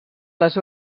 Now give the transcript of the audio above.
les